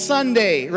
Sunday